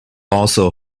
also